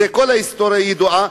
וההיסטוריה ידועה,